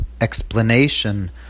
explanation